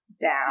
down